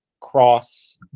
cross